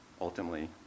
ultimately